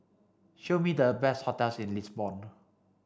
show me the best hotels in Lisbon